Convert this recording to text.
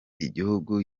igihugu